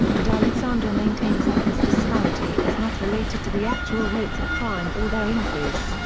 and alexander maintains that this disparity is not related to the actual rates of crime or their increase,